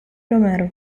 romero